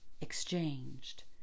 exchanged